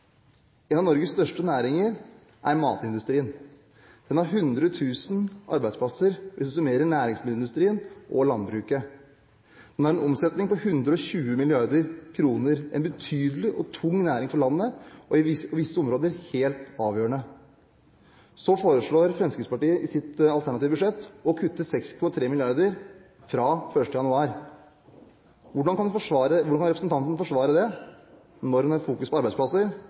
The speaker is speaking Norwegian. Én av Norges største næringer er matindustrien. Den gir 100 000 arbeidsplasser, hvis man summerer næringsmiddelindustrien og landbruket. Den har en omsetning på 120 mrd. kr – en betydelig og tung næring for landet, og i visse områder helt avgjørende. Så foreslår Fremskrittspartiet i sitt alternative budsjett å kutte 6,3 mrd. kr fra 1. januar. Hvordan kan representanten forsvare det når man har fokus på arbeidsplasser,